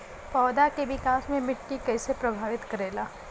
पौधा के विकास मे मिट्टी कइसे प्रभावित करेला?